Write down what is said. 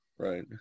Right